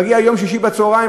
מגיע יום שישי בצהריים,